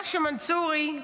מנשה מנצורי,